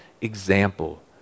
example